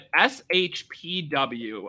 SHPW